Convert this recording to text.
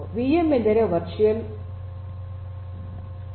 VM ಎಂದರೆ virtual ಯಂತ್ರ